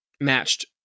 matched